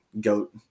goat